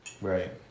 Right